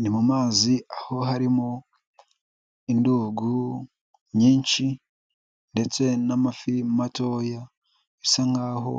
Ni mu mazi aho harimo indugu nyinshi ndetse n'amafi matoya bisa nkaho